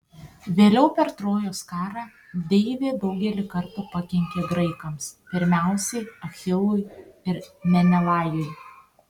vėliau per trojos karą deivė daugelį kartų pakenkė graikams pirmiausiai achilui ir menelajui